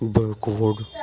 backward